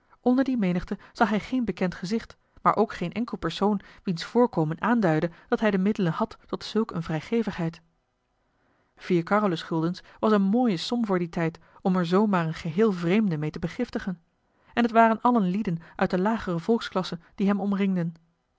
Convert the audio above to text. onder die menigte zag hij geen bekend gezicht maar ook geen enkel persoon wiens voorkomen aanduidde dat hij de middelen had tot zulk eene vrijgevigheid vier carolus guldens was eene mooie som voor dien tijd om er zoo maar een geheel vreemde meê te begiftigen en het waren allen lieden uit de lagere volksklasse die hem omringden